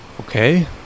Okay